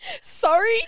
Sorry